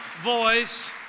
voice